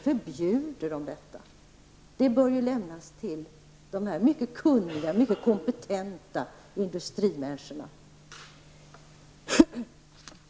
Avgörandet skall lämnas till de mycket kunniga och kompetenta industrimänniskorna.